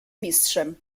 mistrzem